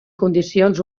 condicions